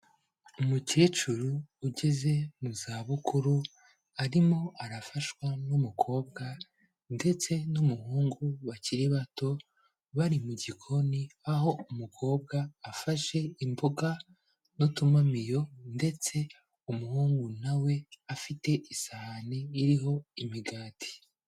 Umukecuru ugeze mu za bukuru, arimo arafashwa n'umukobwa, ndetse n'umuhungu bakiri bato, bari mu gikoni, aho umukobwa afashe imboga n'utumamiyo, ndetse umuhungu nawe, afite isahani iriho imigati.